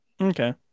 okay